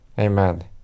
Amen